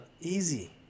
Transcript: Easy